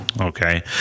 okay